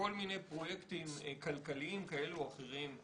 לכל מיני פרויקטים כלכליים כאלה ואחרים,